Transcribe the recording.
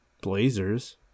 Blazers